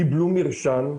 קיבלו מרשם,